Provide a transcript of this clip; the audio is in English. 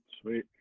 Sweet